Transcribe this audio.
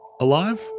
alive